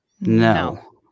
No